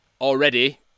already